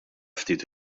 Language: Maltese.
ftit